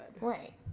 Right